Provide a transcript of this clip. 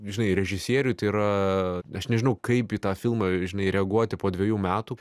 žinai režisieriui tai yra aš nežinau kaip į tą filmą žinai reaguoti po dvejų metų